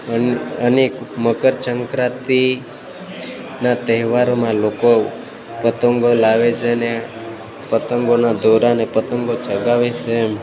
અન અને મકરસંક્રાંતિના તહેવારમાં લોકો પતંગો લાવે છે અને પતંગોના દોરા અને પતંગો ચગાવે છે એમ